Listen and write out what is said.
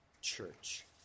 church